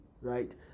right